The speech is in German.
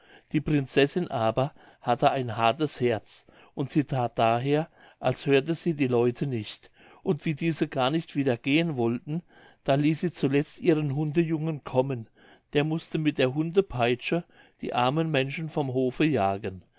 die prinzessin aber hatte ein hartes herz und sie that daher als hörte sie die leute nicht und wie diese gar nicht wieder gehen wollten da ließ sie zuletzt ihren hundejungen kommen der mußte mit der hundepeitsche die armen menschen vom hofe jagen